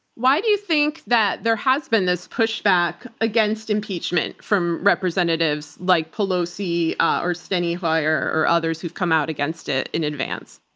why do you think that there has been this pushback against impeachment from representatives like pelosi ah or steny hoyer or others who've come out against it in advance?